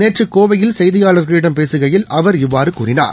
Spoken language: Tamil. நேற்றுகோவையில் செய்தியாளர்களிடம் பேசுகையில் அவர் இவ்வாறுகூறினார்